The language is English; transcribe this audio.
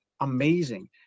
amazing